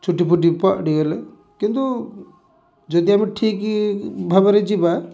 ଛୁଟି ଫୁଟି ପଡ଼ିଗଲେ କିନ୍ତୁ ଯଦି ଆମେ ଠିକ୍ ଭାବରେ ଯିବା